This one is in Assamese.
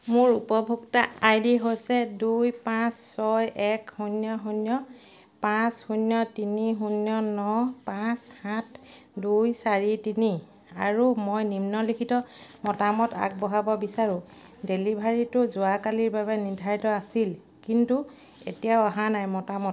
মোৰ উপভোক্তা আই ডি হৈছে দুই পাঁচ ছয় এক শূন্য শূন্য পাঁচ শূন্য তিনি শূন্য ন পাঁচ সাত দুই চাৰি তিনি আৰু মই নিম্নলিখিত মতামত আগবঢ়াব বিচাৰোঁ ডেলিভাৰীটো যোৱাকালিৰ বাবে নিৰ্ধাৰিত আছিল কিন্তু এতিয়াও অহা নাই মতামত